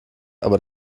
aber